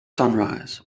sunrise